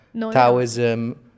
Taoism